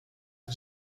the